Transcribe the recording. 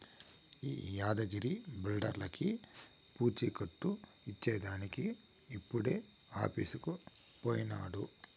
ఈ యాద్గగిరి బిల్డర్లకీ పూచీకత్తు ఇచ్చేదానికి ఇప్పుడే ఆఫీసుకు పోయినాడు